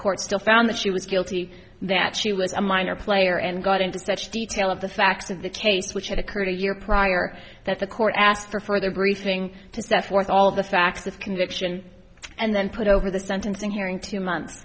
court still found that she was guilty that she was a minor player and got into such detail of the facts of the case which had occurred a year prior that the court asked for further briefing to set forth all the facts of conviction and then put over the sentencing hearing two months